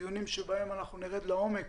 דיונים שבהם נרד לעומק